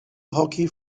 hockey